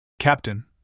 Captain